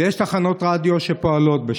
ויש תחנות רדיו שפועלות בשבת.